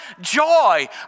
Joy